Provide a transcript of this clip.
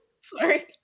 sorry